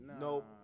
Nope